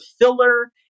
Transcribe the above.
filler